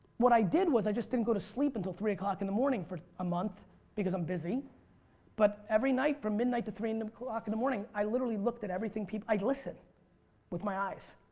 what i did was i just didn't go to sleep until three o'clock in the morning for a month because i'm busy but every night from midnight to three and o'clock in the morning i literally looked at everything i listen with my eyes.